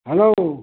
hello